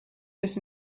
this